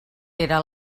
era